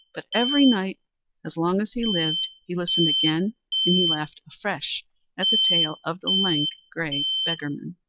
but every night as long as he lived he listened again and he laughed afresh at the tale of the lank, grey beggarman.